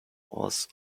was